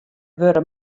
wurde